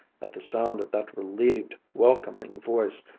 at the sound of that relieved, welcoming voice,